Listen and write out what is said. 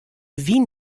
wyn